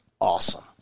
awesome